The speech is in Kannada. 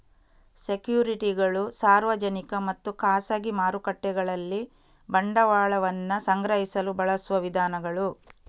ಸೆಕ್ಯುರಿಟಿಗಳು ಸಾರ್ವಜನಿಕ ಮತ್ತು ಖಾಸಗಿ ಮಾರುಕಟ್ಟೆಗಳಲ್ಲಿ ಬಂಡವಾಳವನ್ನ ಸಂಗ್ರಹಿಸಲು ಬಳಸುವ ವಿಧಾನಗಳು